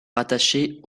rattachée